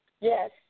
Yes